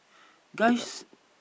guys